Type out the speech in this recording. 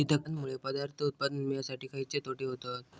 कीटकांनमुळे पदार्थ उत्पादन मिळासाठी खयचे तोटे होतत?